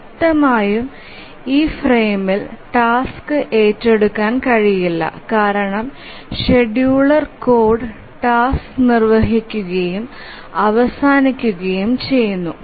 വ്യക്തമായും ഈ ഫ്രെയിമിൽ ടാസ്ക് ഏറ്റെടുക്കാൻ കഴിയില്ല കാരണം ഷെഡ്യൂളർ കോഡ് ടാസ്ക് നിർവ്വഹിക്കുകയും അവസാനിക്കുകയും ചെയ്യുന്ന